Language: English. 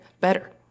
better